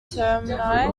termini